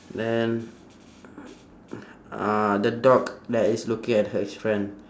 then uh the dog that is looking at his friend